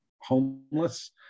homeless